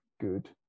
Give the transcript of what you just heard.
good